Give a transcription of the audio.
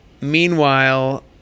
meanwhile